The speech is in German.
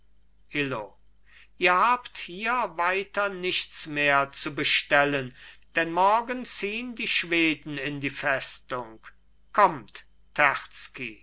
illo ihr habt hier weiter nichts mehr zu bestellen denn morgen ziehn die schweden in die festung kommt